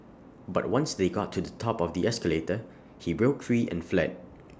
but once they got to the top of the escalator he broke free and fled